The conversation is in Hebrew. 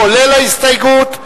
כולל ההסתייגות,